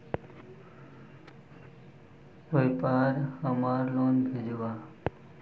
व्यापार हमार लोन भेजुआ?